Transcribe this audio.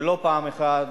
ולא פעם אחת,